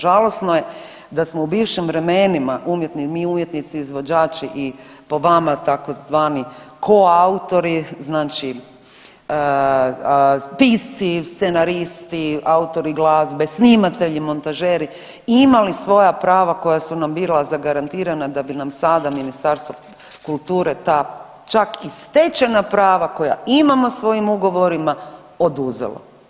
Žalosno je da smo u bivšim vremenima mi umjetnici izvođači i po vama tzv. koautori znači pisci, scenaristi, autori glazbe, snimatelji, montažeri imali svoja prava koja su nam bila zagarantirana da bi nam sada Ministarstvo kulture ta čak i stečena prava koja imamo svojim ugovorima oduzelo.